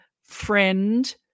friend